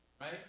right